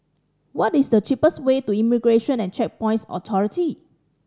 what is the cheapest way to Immigration and Checkpoints Authority